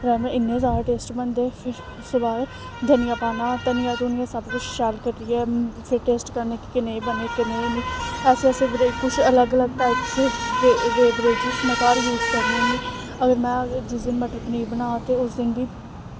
राजमांह् इन्ने जादा टेस्ट बनदे फिर उस तू बाद धनिया पाना धनिया धुनिया सब कुछ पाने दे बाद फिर टेस्ट करने कि कनेह् बने कनेह् नेईं ऐसे ऐसे कुछ अलग टाइप दे वेवरेजिस में घर यूज़ करनी होन्नी अगर जिस दिन में मटर पनीर बना ते उस दिन बी